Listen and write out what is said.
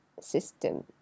system